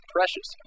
Precious